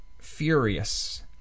furious